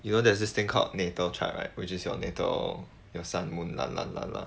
you know there's this thing called natal chart right which is your natal your sun moon